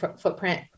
footprint